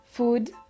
Food